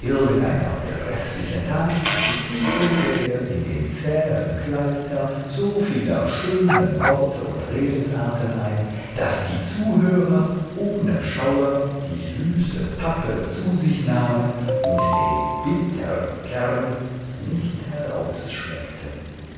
irgendeiner gräßlichen tat wickelte er in den zähen kleister so vieler schönen worte und redensarten ein daß die zuhörer ohne schauer die süße pappe zu sich nahmen und den bittern kern nicht herausschmeckten